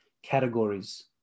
categories